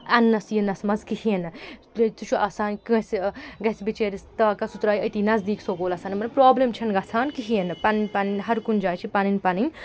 اَنٛنَس یِنَس منٛز کِہیٖنۍ نہٕ تہِ تہِ چھُ آسان کٲنٛسہِ گژھِ بِچٲرِس طاقت سُہ ترٛایہِ أتی نزدیٖک سکوٗلَس مطلب پرٛابلَم چھَنہٕ گژھان کِہیٖنۍ نہٕ پَنٕنۍ پَنٕنۍ ہَر کُنہِ جایہِ چھِ پَنٕنۍ پَنٕنۍ